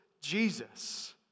Jesus